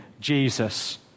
Jesus